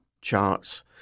charts